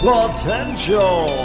Potential